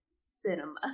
cinema